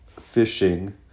fishing